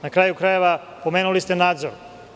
Na kraju krajeva, pomenuli ste nadzor.